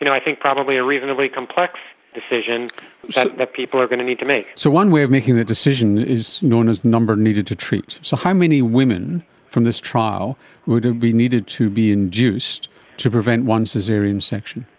you know i think probably a reasonably complex decision so that people are going to need to make. so one way of making that decision is known as number needed to treat. so how many women from this trial would be needed to be induced to prevent one caesarean section?